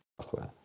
software